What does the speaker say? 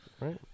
right